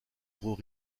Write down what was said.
gros